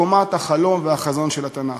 ללא קומת החלום והחזון של התנ"ך.